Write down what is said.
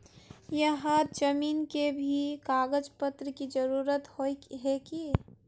यहात जमीन के भी कागज पत्र की जरूरत होय है की?